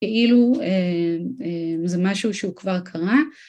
כאילו זה משהו שהוא כבר קרה